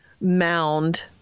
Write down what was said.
mound